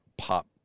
Pop